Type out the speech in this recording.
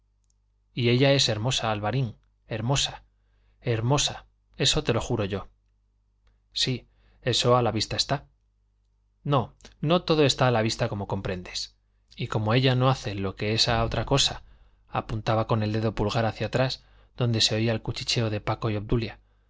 y ella es hermosa alvarín hermosa hermosa eso te lo juro yo sí eso a la vista está no no todo está a la vista como comprendes y como ella no hace lo que esa otra apuntaba con el dedo pulgar hacia atrás donde se oía el cuchicheo de paco y obdulia como ana jamás se aprieta con cintas y